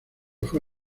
fue